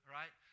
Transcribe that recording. right